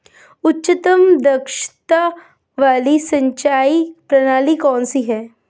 उच्चतम दक्षता वाली सिंचाई प्रणाली कौन सी है?